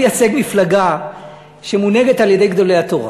אני מייצג מפלגה שמונהגת על-ידי גדולי התורה.